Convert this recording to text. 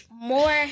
more